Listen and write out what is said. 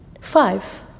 Five